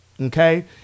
okay